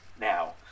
now